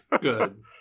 Good